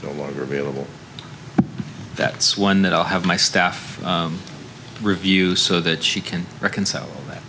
the longer available that's one that i'll have my staff review so that she can reconcile that